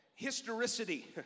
historicity